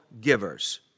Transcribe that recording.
givers